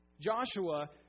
Joshua